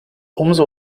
umso